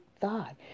thought